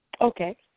Okay